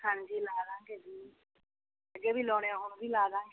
ਹਾਂਜੀ ਲਾ ਦਾਂਗੇ ਜੀ ਅੱਗੇ ਵੀ ਲਗਾਉਂਦੇ ਹਾਂ ਹੁਣ ਵੀ ਲਾ ਦਾਂਗੇ